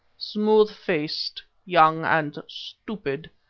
smooth-faced, young and stupid,